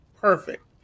Perfect